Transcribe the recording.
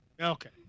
Okay